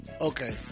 Okay